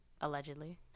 Allegedly